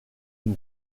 une